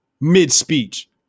mid-speech